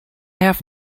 have